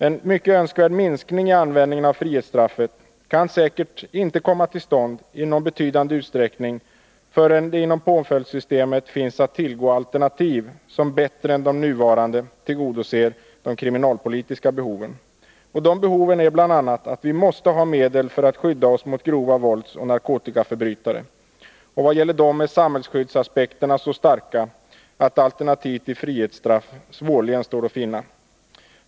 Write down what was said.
En mycket önskvärd minskning i användningen av frihetsstraffet kan säkert inte komma till stånd i någon betydande utsträckning förrän det inom påföljdssystemet finns att tillgå alternativ som bättre än de nuvarande tillgodoser de kriminalpolitiska behoven. Dessa behov innebär bl.a. att vi måste ha medel för att skydda oss mot grova våldsoch narkotikaförbrytare. Vad gäller dem är samhällsskyddsaspekterna så starka att alternativ till frihetsstraff svårligen står att finna.